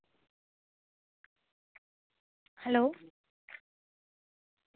hello